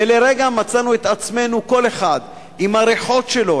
ולרגע מצאנו את עצמנו כל אחד עם הריחות שלו,